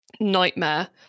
nightmare